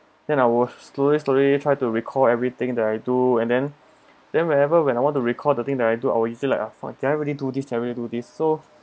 then I will slowly slowly try to recall everything that I do and then then whenever when I want to recall the thing that I do I'll easy like ah fine did I really do this did I really do this so